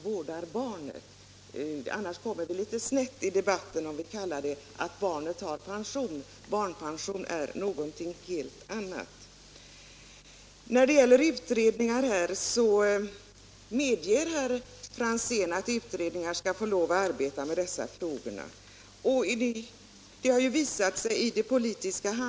Vi kommer litet snett i debatten om vi säger att barnet har pension — barnpension är något helt annat. Herr Franzén medger att utredningar skall få arbeta med dessa frågor.